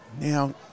Now